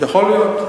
יכול להיות,